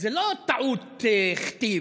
זו לא טעות כתיב,